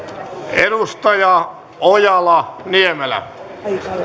edustaja ojala niemelä